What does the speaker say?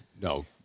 no